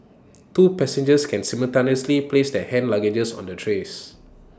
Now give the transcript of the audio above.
two passengers can simultaneously place their hand luggage on the trays